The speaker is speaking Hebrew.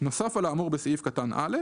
נוסף על האמור בסעיף קטן (א),